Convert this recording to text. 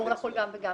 זה אמור לחול גם וגם.